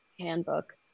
handbook